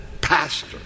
pastor